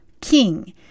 king